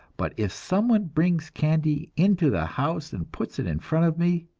but if someone brings candy into the house and puts it in front of me,